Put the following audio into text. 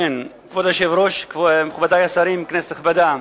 כבוד היושב-ראש, מכובדי השרים, כנסת נכבדה,